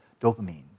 dopamine